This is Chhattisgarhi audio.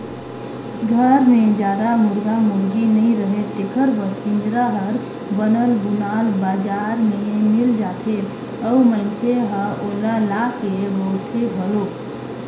घर मे जादा मुरगा मुरगी नइ रहें तेखर बर पिंजरा हर बनल बुनाल बजार में मिल जाथे अउ मइनसे ह ओला लाके बउरथे घलो